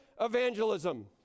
evangelism